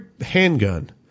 handgun